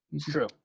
true